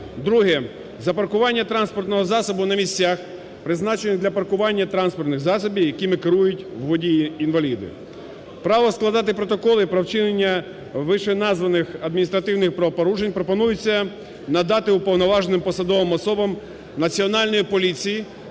друге - за паркування транспортного засобу на місцях призначених для паркування транспортних засобів, якими керують водії-інваліди. Права складати протоколи про вчинення вищеназваних адміністративних правопорушень пропонується надати уповноваженим посадовим особам Національної поліції